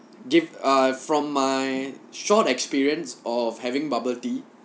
give uh from my short experience of having bubble tea